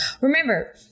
remember